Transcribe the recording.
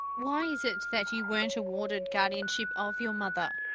why is it that you weren't awarded guardianship of your mother?